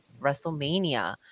WrestleMania